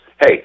hey